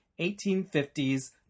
1850s